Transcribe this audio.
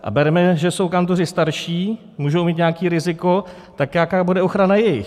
A berme, že jsou kantoři starší, můžou mít nějaké riziko, tak jaká bude ochrana jejich?